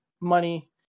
money